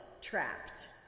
trapped